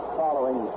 following